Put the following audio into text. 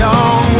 on